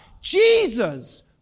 Jesus